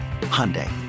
Hyundai